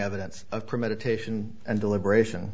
evidence of premeditation and deliberation